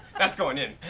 that's going in!